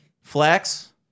flex